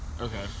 Okay